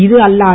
இது அல்லாது